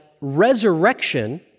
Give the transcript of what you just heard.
resurrection